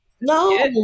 no